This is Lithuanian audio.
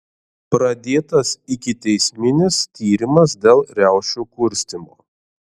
pradėtas ikiteisminis tyrimas dėl riaušių kurstymo